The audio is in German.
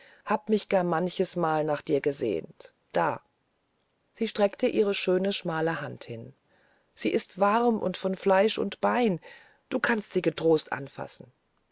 hab mich gar manchmal nach dir gesehnt da sie streckte ihre schöne schmale hand hin sie ist warm und von fleisch und bein du kannst sie getrost anfassen